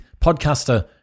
podcaster